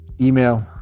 email